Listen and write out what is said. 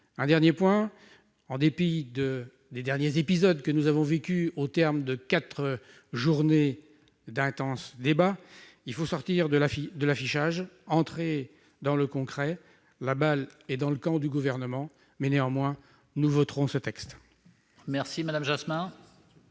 Français. Enfin, en dépit des derniers épisodes que nous avons vécus, au terme de quatre journées d'intenses débats, il faut sortir de l'affichage et entrer dans le concret ; la balle est dans le camp du Gouvernement, mais nous voterons en